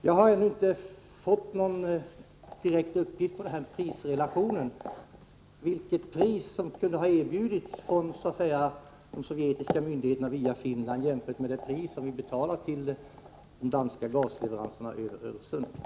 Jag har ännu inte fått någon direkt uppgift beträffande prisrelationen, dvs. vilket pris som kunde ha erbjudits från de sovjetiska myndigheterna via Finland jämfört med det pris vi betalar för de danska gasleveranserna över Öresund.